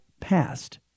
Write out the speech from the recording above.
passed